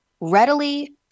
readily